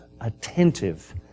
attentive